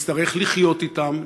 ונצטרך לחיות אתם,